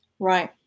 Right